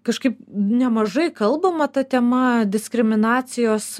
kažkaip nemažai kalbama ta tema diskriminacijos